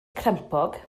crempog